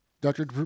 Dr